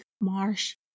marsh